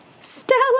Stella